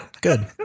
good